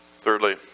Thirdly